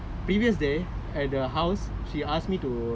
சொல்றது புரிதா:solrathu purithaa then after that thought about in the dream right